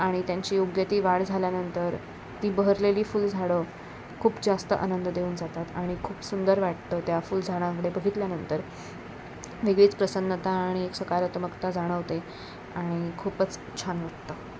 आणि त्यांची योग्य ती वाढ झाल्यानंतर ती बहरलेली फुलझाडं खूप जास्त आनंद देऊन जातात आणि खूप सुंदर वाटतं त्या फुलझाडांमध्ये बघितल्यानंतर वेगळीच प्रसन्नता आणि एक सकारात्मकता जाणवते आणि खूपच छान वाटतं